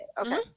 okay